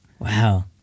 Wow